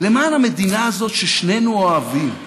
למען המדינה הזאת, ששנינו אוהבים,